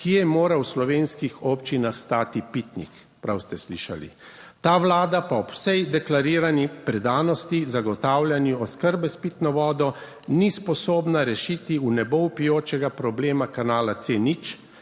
kje mora v slovenskih občinah stati pitnik. Prav ste slišali. Ta vlada pa ob vsej deklarirani predanosti zagotavljanju oskrbe s pitno vodo ni sposobna rešiti v nebo vpijočega problema kanala C0,